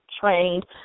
trained